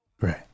Right